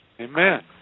Amen